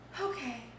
okay